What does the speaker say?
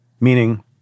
meaning